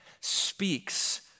speaks